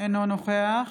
אינו נוכח